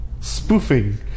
spoofing